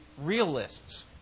realists